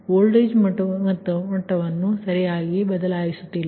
ಆದ್ದರಿಂದ ವೋಲ್ಟೇಜ್ ಮಟ್ಟವನ್ನು ಸರಿಯಾಗಿ ಬದಲಾಯಿಸುತ್ತಿಲ್ಲ